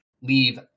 leave